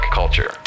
culture